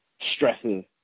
stresses